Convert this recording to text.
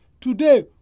Today